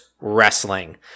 wrestling